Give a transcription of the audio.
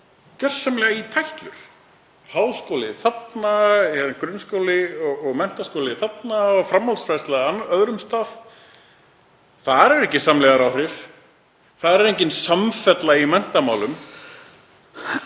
gjörsamlega í tætlur; háskóli þarna en grunnskóli og menntaskóli þarna og framhaldsfræðsla á öðrum stað. Þar eru ekki samlegðaráhrif. Þar er engin samfella í menntamálum.